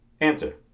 Answer